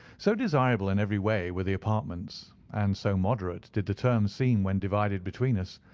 so desirable in every way were the apartments, and so moderate did the terms seem when divided between us,